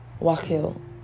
wakil